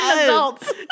adults